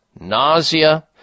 nausea